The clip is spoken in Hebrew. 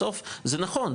בסוף זה נכון,